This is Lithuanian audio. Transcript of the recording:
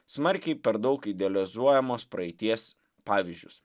smarkiai per daug idealizuojamos praeities pavyzdžius